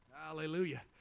Hallelujah